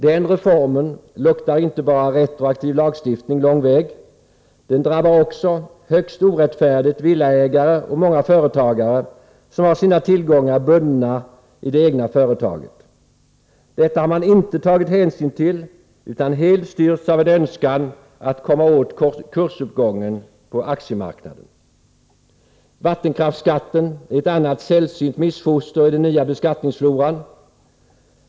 Den reformen luktade inte bara retroaktiv lagstiftning lång väg, den drabbade också högst orättfärdigt villaägare och många företagare som har sina tillgångar bundna i det egna företaget. Detta har man inte tagit hänsyn till, utan helt styrts av en önskan att komma åt kursuppgången på aktiemarknaden. Vattenkraftsskatten är ett annat sällsynt missfoster i den nya beskattningsfloran.